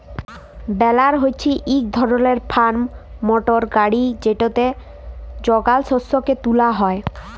বেলার হছে ইক ধরলের ফার্ম মটর গাড়ি যেটতে যগাল শস্যকে তুলা হ্যয়